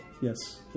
Yes